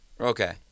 Okay